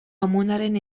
amonaren